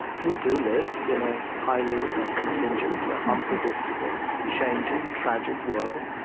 we do live in a highly ah contingent, unpredictable, changing, tragic world,